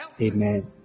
Amen